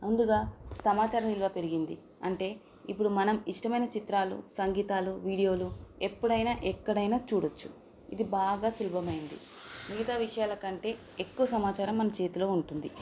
అందునా సమాచారం విలువ పెరిగింది అంటే ఇప్పుడు మనం ఇష్టమైన చిత్రాలు సంగీతాలు వీడియోలు ఎప్పుడైనా ఎక్కడైనా చూడొచ్చు ఇది బాగా సులభమైంది మిగతా విషయాలకంటే ఎక్కువ సమాచారం మన చేతిలో ఉంటుంది